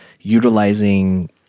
utilizing